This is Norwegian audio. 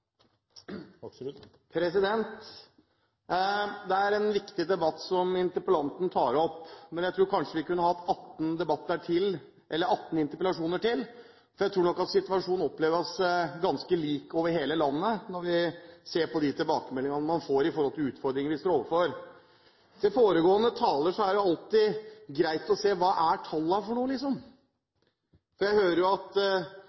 en viktig debatt som interpellanten tar opp. Men vi kunne kanskje hatt 18 interpellasjoner til, for jeg tror nok at situasjonen oppleves ganske lik over hele landet, når vi ser på de tilbakemeldingene man får om de utfordringene vi står overfor. Til foregående taler: Det er alltid greit å se hva tallene er for noe. Jeg hører at